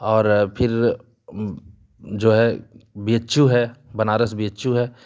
और फिर जो है बी एच यू है बनारस बी एच यू है